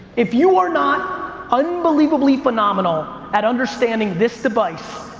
if you are not unbelievably phenomenal at understanding this device,